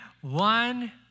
One